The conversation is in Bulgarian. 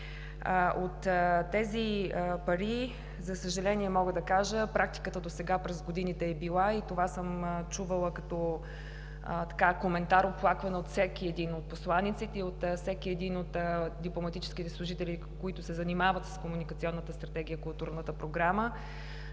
От тези пари, за съжаление, мога да кажа, практиката до сега през годините е била и това съм чувала като коментар, оплакване от всеки един от посланиците и от всеки един от дипломатическите служители, които се занимават с